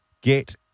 get